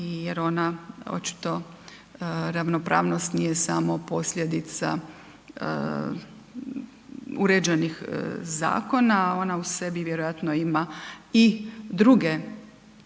jer ona očito ravnopravnost nije samo posljedica uređenih Zakona, ona u sebi vjerojatno ima i druge,